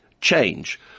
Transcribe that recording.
change